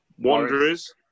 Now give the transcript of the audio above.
Wanderers